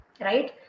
right